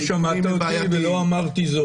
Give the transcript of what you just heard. לא שמעת אותי ולא אמרתי זאת.